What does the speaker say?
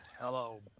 Hello